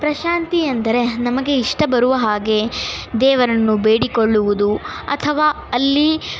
ಪ್ರಶಾಂತಿ ಅಂದರೆ ನಮಗೆ ಇಷ್ಟ ಬರುವ ಹಾಗೆ ದೇವರನ್ನು ಬೇಡಿಕೊಳ್ಳುವುದು ಅಥವಾ ಅಲ್ಲಿ